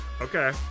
Okay